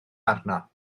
arno